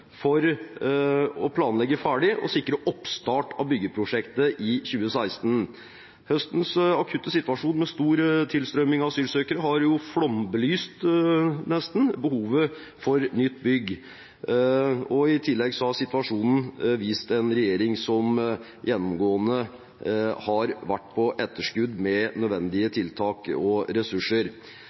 for å planlegge ferdig og sikre oppstart av byggeprosjektet i 2016. Høstens akutte situasjon med stor tilstrømming av asylsøkere har jo nesten flombelyst behovet for et nytt bygg, og i tillegg har situasjonen vist en regjering som gjennomgående har vært på etterskudd med nødvendige tiltak og ressurser.